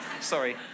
sorry